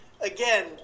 Again